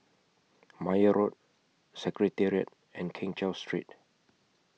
Meyer Road Secretariat and Keng Cheow Street